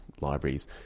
libraries